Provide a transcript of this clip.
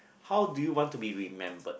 how do you want to be remembered